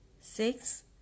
Six